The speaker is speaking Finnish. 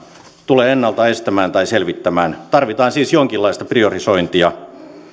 tule ennalta estämään tai selvittämään tarvitaan siis jonkinlaista priorisointia